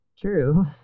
True